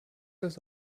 das